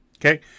Okay